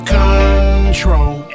control